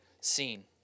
seen